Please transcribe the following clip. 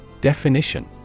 Definition